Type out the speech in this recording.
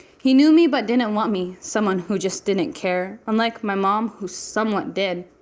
he knew me but did not want me, someone who just didn't care. unlike my mom who somewhat did,